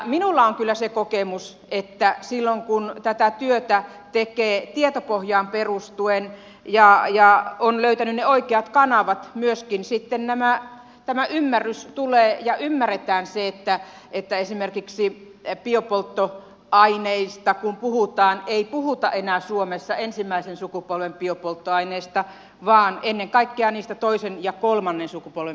minulla on kyllä se kokemus että kun tätä työtä tekee tietopohjaan perustuen ja on löytänyt ne oikeat kanavat myöskin sitten tämä ymmärrys tulee ja ymmärretään se että esimerkiksi biopolttoaineista kun puhutaan ei puhuta enää suomessa ensimmäisen sukupolven biopolttoaineista vaan ennen kaikkea niistä toisen ja kolmannen sukupolven biopolttoaineista